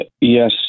Yes